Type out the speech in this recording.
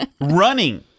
running